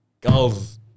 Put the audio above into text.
girls